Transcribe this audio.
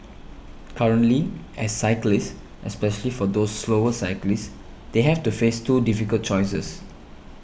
currently as cyclists especially for those slower cyclists they have to face two difficult choices